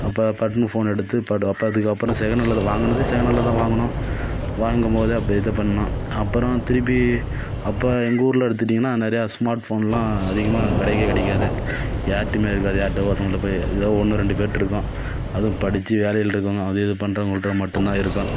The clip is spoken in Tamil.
அப்போ பட்டனு ஃபோனு எடுத்து அப்போ நான் செகண்ட் ஹேண்டில் அதை வாங்கினதே செகண்ட் ஹேண்டில் தான் வாங்கினோம் வாங்கும்போதே அப்டியே இது பண்ணோம் அப்புறம் திருப்பி அப்போ எங்கள் ஊரில் எடுத்துட்டிங்கன்னா நிறையா ஸ்மார்ட் ஃபோன்லாம் அதிகமாக கிடைக்கவே கிடைக்காது யார்ட்டையும் இருக்காது யார்ட்டேயா ஒருத்தவங்கள்ட்ட போய் ஏதோ ஒன்று ரெண்டு பேருட்ட இருக்கும் அதுவும் படித்து வேலையில் இருக்கவங்க அதுவும் இது பண்றவங்கள்ட்ட மட்டும் தான் இருக்கும்